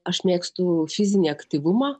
aš mėgstu fizinį aktyvumą